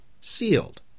sealed